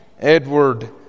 Edward